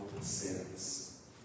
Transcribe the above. sins